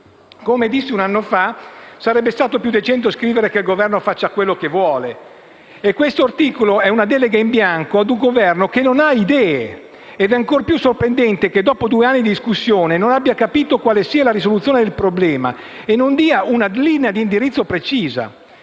Come dissi un anno fa, sarebbe stato più decente scrivere che il Governo fa quello che vuole. Questo articolo è una delega in bianco a un Governo che non ha idee ed è ancor più sorprendente che, dopo due anni di discussioni, non abbia capito quale sia la risoluzione del problema e non dia una linea di indirizzo precisa.